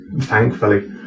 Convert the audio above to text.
thankfully